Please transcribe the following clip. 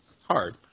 hard